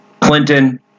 Clinton